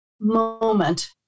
moment